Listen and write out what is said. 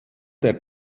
der